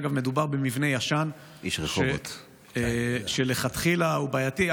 אגב, מדובר במבנה ישן שלכתחילה הוא בעייתי.